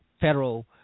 federal